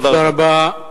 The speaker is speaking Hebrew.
תודה רבה.